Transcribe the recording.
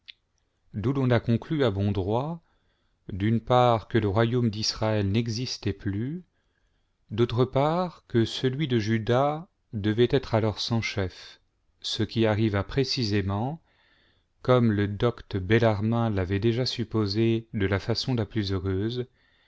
d'où l'on a conclu à bon droit d'une part que le royaume d'israël n'existait plus d'autre part que celui de juda devait être alors sans chef ce qui arriva précisément comme le docte bellarrain l'avait déjà supposé de la façon la plus heureuse